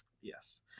Yes